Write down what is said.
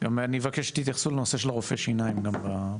אבקש שתייחסו גם לנושא רופאי השיניים.